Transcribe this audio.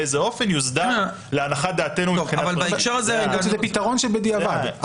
באיזה אופן יוסדר להנחת דעתנו מבחינת פרטיות --- זה פתרון בדיעבד.